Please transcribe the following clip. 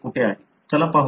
चला पाहूया